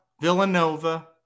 Villanova